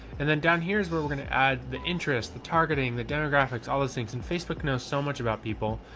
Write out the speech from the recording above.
and then down here is where we're going to add the interest, the targeting, the demographics, all those things in facebook knows so much about people.